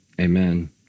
amen